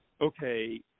okay